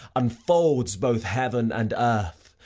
unfolds both heaven and earth,